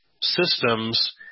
systems